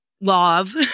love